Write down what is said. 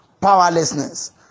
Powerlessness